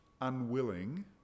unwilling